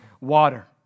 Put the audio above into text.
water